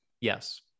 Yes